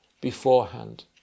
beforehand